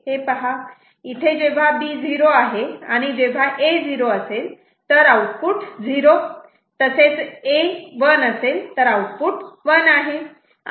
हे पहा इथे जेव्हा B 0 आहे आणि जेव्हा A 0 असेल तर आउटपुट 0 तसेच A 1 असेल तर आउटपुट 1 आहे